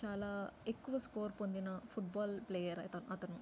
చాలా ఎక్కువ స్కోర్ పొందిన ఫుట్బాల్ ప్లేయర్ అతను